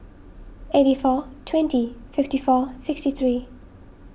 eighty four twenty fifty four sixty three